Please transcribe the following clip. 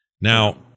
Now